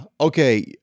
Okay